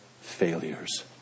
failures